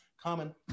common